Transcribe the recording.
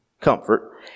comfort